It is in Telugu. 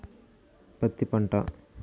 పత్తి పంట